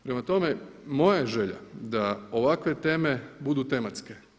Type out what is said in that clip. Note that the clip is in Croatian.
Prema tome, moja je želja da ovakve teme budu tematske.